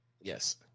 Yes